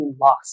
lost